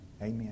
amen